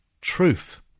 truth